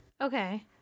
Okay